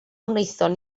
wnaethon